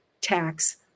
tax